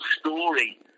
story